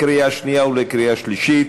לקריאה שנייה ולקריאה שלישית.